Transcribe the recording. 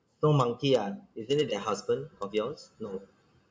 no monkey ah isn't it that husband of yours no